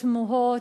התמוהות,